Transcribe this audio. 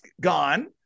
gone